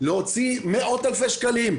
להוציא מאות אלפי שקלים,